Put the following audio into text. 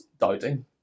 doubting